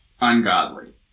ungodly